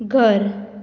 घर